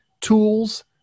tools